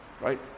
Right